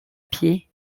pied